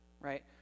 right